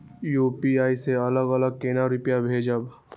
UPI से अलग अलग केना रुपया भेजब